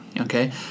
Okay